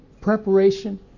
preparation